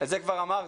את זה כבר אמרתי,